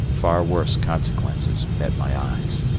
far worse consequences met my eyes.